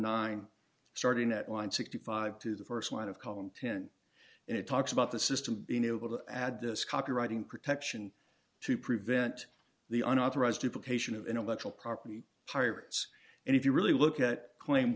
nine starting at line sixty five to the st line of column ten and it talks about the system being able to add this copywriting protection to prevent the unauthorized implication of intellectual property pirates and if you really look at claim